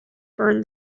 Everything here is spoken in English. burned